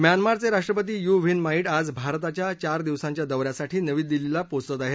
म्यानमारचे राष्ट्रपती U Win Myint आज भारताच्या चार दिवसांच्या दौ यासाठी नवी दिल्लीला पोचत आहेत